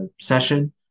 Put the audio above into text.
session